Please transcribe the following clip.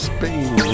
Spain